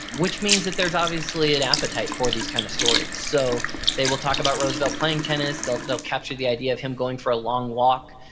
which means that there's obviously an appetite for these kinds of stories. so they will talk about roosevelt playing tennis. they'll they'll capture the idea of him going for a long walk,